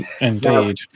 Indeed